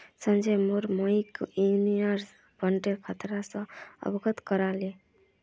संजय मोर मइक म्यूचुअल फंडेर खतरा स अवगत करा ले